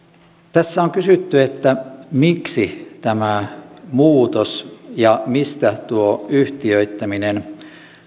tässä on kysytty että miksi tämä muutos ja mistä tuo yhtiöittäminen